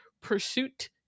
Pursuit